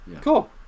Cool